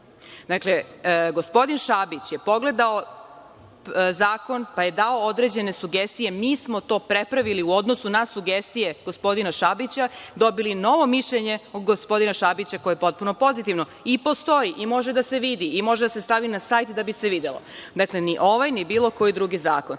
Gospodin Šabić je pogledao zakon pa je dao određene sugestije, mi smo to prepravili u odnosu na sugestije gospodina Šabića, dobili novo mišljenje od gospodina Šabića koje je potpuno pozitivno i postoji i može da se vidi, i može da se stavi na sajt da bi se videlo. Ni ovaj ni bilo koji drugi zakon.